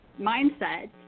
mindset